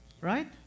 Right